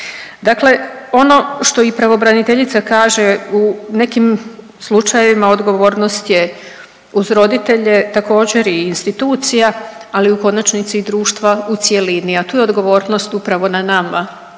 Dakle, ono što i pravobraniteljica kaže u nekim slučajevima odgovornost je uz roditelje također i institucija, ali u konačnici i društva u cjelini, a tu je odgovornost upravo na nama.